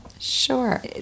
Sure